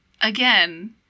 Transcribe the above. Again